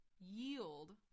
yield